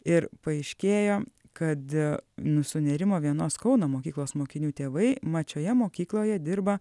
ir paaiškėjo kad nu sunerimo vienos kauno mokyklos mokinių tėvai mat šioje mokykloje dirba